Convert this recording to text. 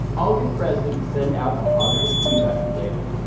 i'll get the president to send out a positive tweet about you later.